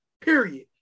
period